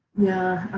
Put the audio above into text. yeah.